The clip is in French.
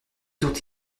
dont